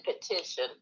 petition